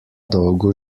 dolgo